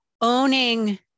owning